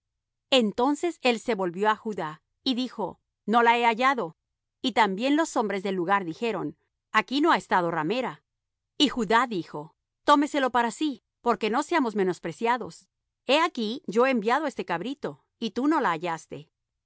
entonces él se volvió á judá y dijo no la he hallado y también los hombres del lugar dijeron aquí no ha estado ramera y judá dijo tómeselo para sí porque no seamos menospreciados he aquí yo he enviado este cabrito y tú no la hallaste